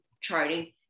charting